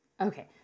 Okay